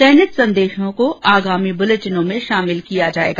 चयनित संदेशों को आगामी बुलेटिनों में शामिल किया जाएगा